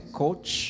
coach